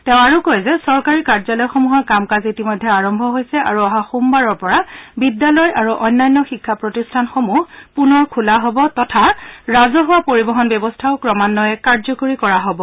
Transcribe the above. তেওঁ কয় যে চৰকাৰী কাৰ্যালয়সমূহৰ কাম কাজ ইতিমধ্যে আৰম্ভ হৈছে আৰু অহা সোমবাৰৰ পৰা বিদ্যালয় আৰু অন্যান্য শিক্ষা প্ৰতিষ্ঠানসমূহ পুনৰ খোলা হ'ব আৰু ৰাজহুৱা পৰিবহন ব্যৱস্থাও ক্ৰমান্নয়ে কাৰ্যকৰী কৰা হ'ব